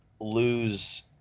lose